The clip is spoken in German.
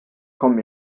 kommen